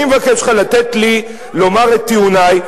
אני מבקש ממך לתת לי לומר את טיעוני.